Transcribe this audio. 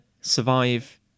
survive